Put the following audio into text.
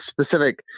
specific